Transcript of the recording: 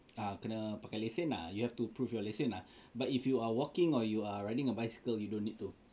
ah kena pakai lesen you have to prove your lesen lah but if you are walking or you are riding a bicycle you don't need to